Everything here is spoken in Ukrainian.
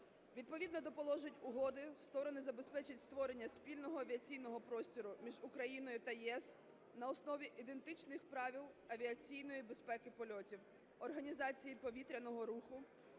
Відповідно до положень угоди сторони забезпечать створення спільного авіаційного простору між Україною та ЄС на основі ідентичних правил авіаційної безпеки польотів, організації повітряного руху,